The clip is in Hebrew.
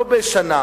לא בשנה,